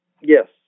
Yes